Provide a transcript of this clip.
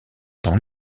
temps